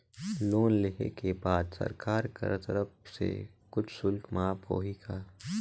Loan लेहे के बाद सरकार कर तरफ से कुछ शुल्क माफ होही का?